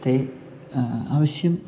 ते अवश्यम्